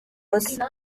busa